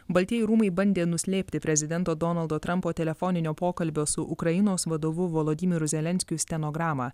baltieji rūmai bandė nuslėpti prezidento donaldo trampo telefoninio pokalbio su ukrainos vadovu volodymyru zelenskiu stenogramą